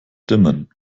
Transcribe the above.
dimmen